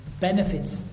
benefits